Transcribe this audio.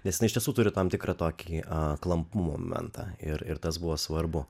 nes jinai iš tiesų turi tam tikrą tokį klam momentą ir ir tas buvo svarbu